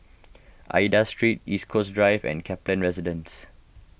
Aida Street East Coast Drive and Kaplan Residence